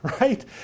right